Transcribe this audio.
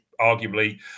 arguably